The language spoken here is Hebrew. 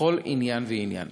בכל עניין ועניין.